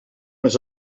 les